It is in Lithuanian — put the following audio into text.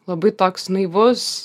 labai toks naivus